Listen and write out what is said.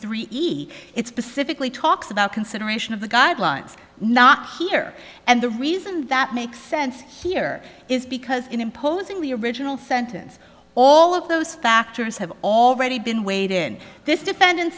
three it's pacifically talks about consideration of the guidelines not here and the reason that makes sense here is because in imposing the original sentence all of those factors have already been weighed in this defend